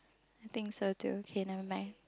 I think so too okay never mind